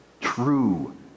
true